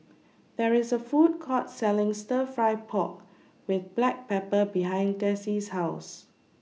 There IS A Food Court Selling Stir Fry Pork with Black Pepper behind Dessie's House